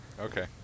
Okay